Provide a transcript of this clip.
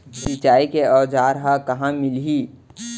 सिंचाई के औज़ार हा कहाँ मिलही?